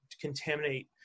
contaminate